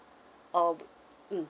or mm